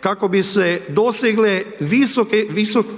kako bi se dostigli